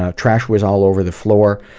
ah trash was all over the floor